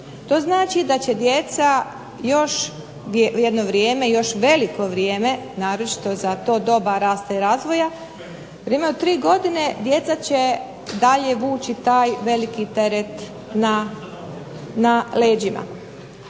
To znači da će djeca još jedno vrijeme, jedno veliko vrijeme naročito za to doba rasta i razvoja, djeca će dalje vući taj veliki teret na leđima.